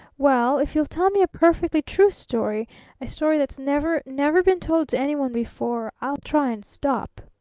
well, if you'll tell me a perfectly true story a story that's never, never been told to any one before i'll try and stop!